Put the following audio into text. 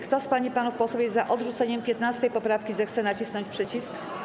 Kto z pań i panów posłów jest za odrzuceniem 15. poprawki, zechce nacisnąć przycisk.